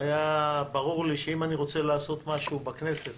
היה ברור לי שאם אני רוצה לעשות משהו בכנסת